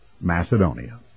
Macedonia